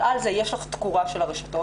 אבל על זה יש לך תקורה של הרשתות,